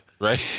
Right